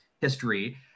history